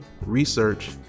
research